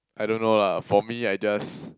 I don't know lah for me I just